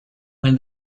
when